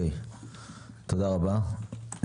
תודה רבה.